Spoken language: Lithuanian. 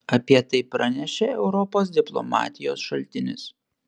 apie tai praneša europos diplomatijos šaltinis